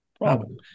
problem